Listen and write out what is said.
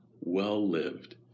well-lived